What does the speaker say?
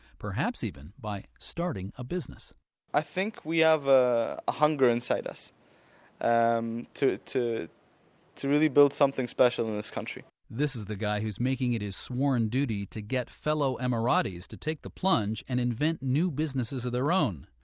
perhaps even by starting a business i think we have a hunger inside us um to to to really build something special in this country this is the guy who's making it his sworn duty to get fellow emiratis to take the plunge and invent new businesses of their own.